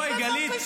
בואי, גלית.